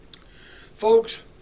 Folks